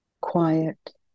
quiet